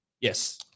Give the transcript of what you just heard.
Yes